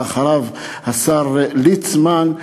ואחריו השר ליצמן,